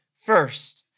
first